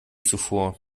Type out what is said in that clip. zuvor